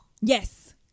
Yes